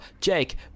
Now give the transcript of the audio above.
Jake